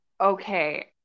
okay